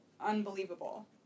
unbelievable